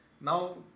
Now